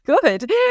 good